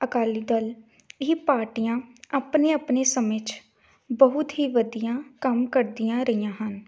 ਅਕਾਲੀ ਦਲ ਇਹ ਪਾਰਟੀਆਂ ਆਪਣੇ ਆਪਣੇ ਸਮੇਂ 'ਚ ਬਹੁਤ ਹੀ ਵਧੀਆ ਕੰਮ ਕਰਦੀਆਂ ਰਹੀਆਂ ਹਨ